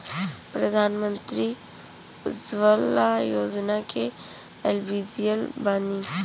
प्रधानमंत्री उज्जवला योजना के लिए एलिजिबल बानी?